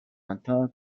atteint